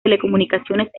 telecomunicaciones